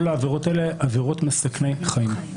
כל העבירות האלה, הן עבירות מסכני חיים.